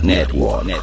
Network